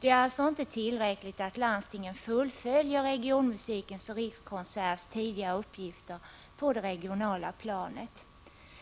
Det är alltså inte tillräckligt att landstingen fullföljer regionmusikens och Rikskonserters tidigare uppgifter på det regionala planet.